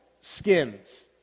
skins